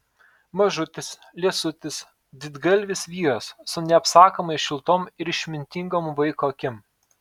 mažutis liesutis didgalvis vyras su neapsakomai šiltom ir išmintingom vaiko akim